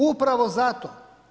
Upravo zato.